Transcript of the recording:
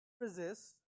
resist